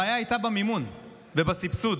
הבעיה הייתה במימון ובסבסוד.